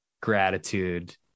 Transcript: gratitude